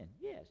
Yes